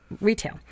retail